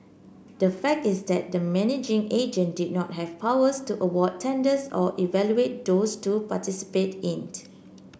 the fact is that the managing agent did not have powers to award tenders or evaluate those to participated in